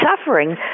suffering